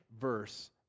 verse